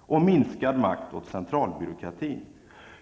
och minskad makt hos centralbyråkratin.